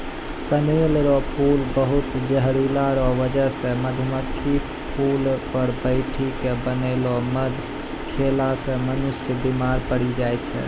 कनेर रो फूल बहुत जहरीला रो बजह से मधुमक्खी फूल पर बैठी के बनैलो मध खेला से मनुष्य बिमार पड़ी जाय छै